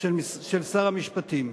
של שר המשפטים.